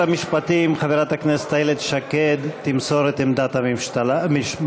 שרת המשפטים חברת הכנסת איילת שקד תמסור את עמדת הממשלה.